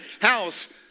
house